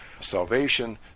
salvation